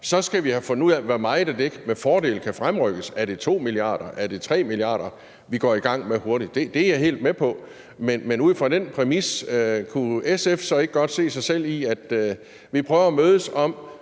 så skal vi have fundet ud af, hvor meget af det, der med fordel kan fremrykkes. Er det 2 mia. kr., er det 3 mia. kr., vi går i gang med hurtigt? Det er jeg helt med på, men kunne SF ud fra den præmis så ikke godt se sig selv i, at vi prøver at mødes om